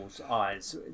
eyes